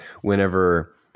Whenever